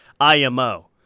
IMO